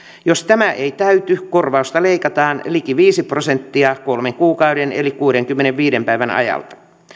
jos tämä ei täyty korvausta leikataan liki viisi prosenttia kolmen kuukauden eli kuudenkymmenenviiden päivän ajalta